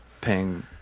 paying